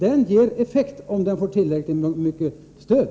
Den ger effekt, om den får tillräckligt stöd.